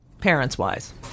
parents-wise